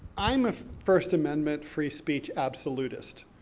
i'm a first amendment free speech absolutist.